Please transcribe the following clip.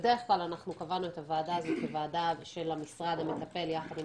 בדרך כלל אנחנו קבענו את הוועדה הזאת כוועדה של המשרד המטפל יחד עם